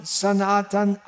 sanatan